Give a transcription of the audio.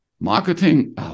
marketing